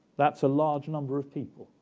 that's a large number of people.